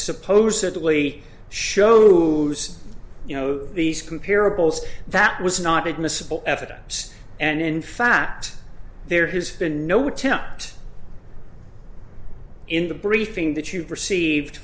supposedly show who you know these comparables that was not admissible evidence and in fact there has been no attempt in the briefing that you received